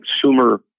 consumer